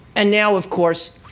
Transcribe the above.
and now, of course,